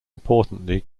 importantly